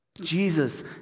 Jesus